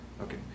Okay